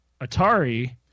Atari